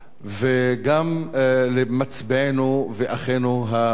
וגם למצביעינו ואחינו הנוצרים,